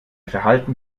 verhalten